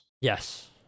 Yes